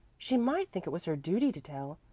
she might think it was her duty to tell.